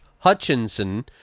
hutchinson